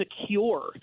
secure